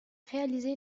réalisé